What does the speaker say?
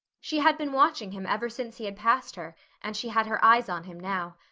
she had been watching him ever since he had passed her and she had her eyes on him now.